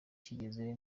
kigeze